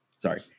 Sorry